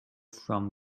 from